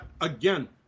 again